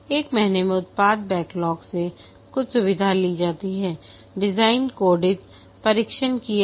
एक महीने में उत्पाद बैकलॉग से कुछ सुविधाएँ ली जाती हैं डिजाइन कोडित परीक्षण किया गया